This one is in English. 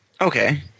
Okay